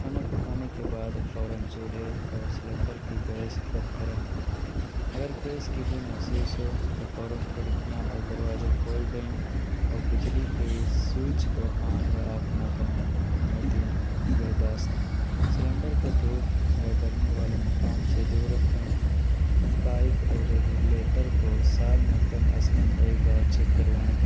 کھانا پکانے کے بعد فوراً چولہے اور سیلنڈر کی گیس بند کریں اگر گیس کی بو محسوس ہو تو فوراً کھڑکیاں اور دروازے کھول دیں اور بجلی کے سوئچ کو آن یا آف نہ کریں نمبر تین نگہداشت سیلنڈر کو دھوپ یا گرمی والے مقام سے دور رکھیں پائپ اور ریگولیٹر کو سال میں کم از کم ایک بار چیک کروائیں